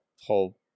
whole